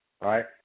right